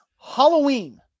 halloween